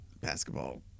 basketball